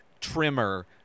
trimmer